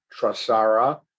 Trasara